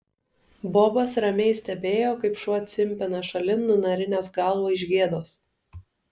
bobas ramiai stebėjo kaip šuo cimpina šalin nunarinęs galvą iš gėdos